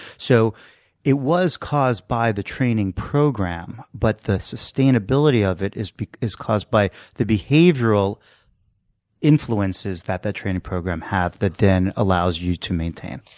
so it was caused by the training program, but the sustainability of it is is caused by the behavioral influences that that training program has that then allows you to maintain.